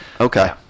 okay